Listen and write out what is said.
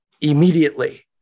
immediately